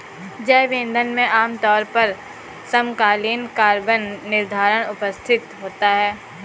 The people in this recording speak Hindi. जैव ईंधन में आमतौर पर समकालीन कार्बन निर्धारण उपस्थित होता है